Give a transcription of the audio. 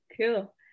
Cool